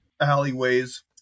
alleyways